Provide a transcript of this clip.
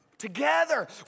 Together